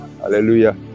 Hallelujah